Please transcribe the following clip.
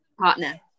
partner